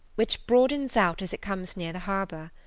which broadens out as it comes near the harbour.